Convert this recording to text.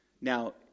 Now